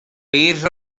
bydd